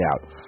out